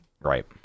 Right